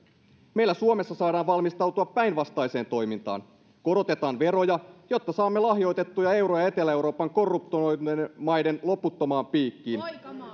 meillä suomessa saadaan valmistautua päinvastaiseen toimintaan korotetaan veroja jotta saamme lahjoitettua euroja etelä euroopan korruptoituneiden maiden loputtomaan piikkiin